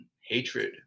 hatred